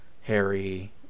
Harry